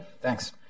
thanks